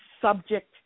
subject